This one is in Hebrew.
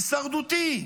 הישרדותי,